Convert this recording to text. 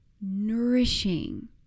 nourishing